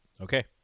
Okay